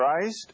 Christ